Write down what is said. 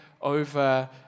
over